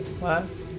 last